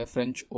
French